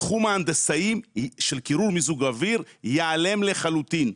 תחום ההנדסאים של קירור ומיזוג אוויר יעלם לחלוטין.